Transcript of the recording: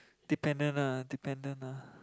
dependent ah dependant ah